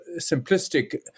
simplistic